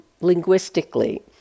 linguistically